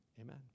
amen